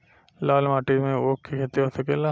लाल माटी मे ऊँख के खेती हो सकेला?